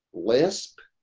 lisp.